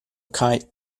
kite